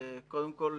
קודם כול,